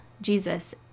Jesus